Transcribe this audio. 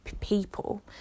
people